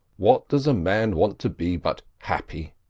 what does a man want to be but happy?